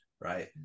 Right